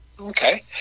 Okay